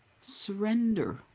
surrender